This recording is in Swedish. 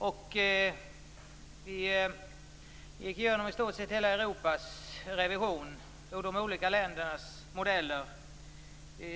Vi gick igenom i stort sett hela Europas revision, hur de olika ländernas modeller såg ut.